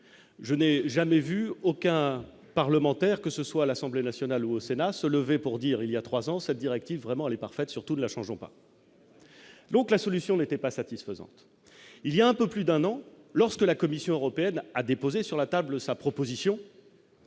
je n'ai jamais vu aucun parlementaire, que ce soit à l'Assemblée nationale ou au Sénat, se lever pour dire il y a 3 ans sa directive vraiment aller parfaite surtout la chanson pas donc la solution n'était pas satisfaisante, il y a un peu plus d'un an, lorsque la Commission européenne a déposé sur la table sa proposition,